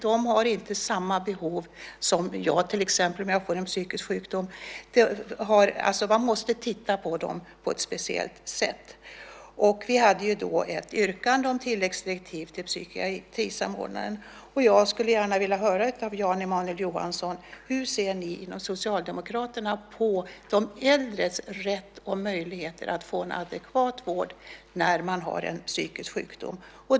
De har inte samma behov som till exempel jag om jag skulle få en psykisk sjukdom. Man måste titta på dem på ett speciellt sätt. Vi hade ett yrkande om ett tilläggsdirektiv till psykiatrisamordnaren. Jag skulle gärna vilja höra från Jan Emanuel Johansson hur ni i Socialdemokraterna ser på de äldres rätt och möjligheter att få en adekvat vård när de har en psykisk sjukdom.